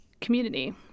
community